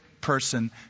person